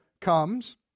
comes